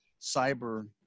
cyber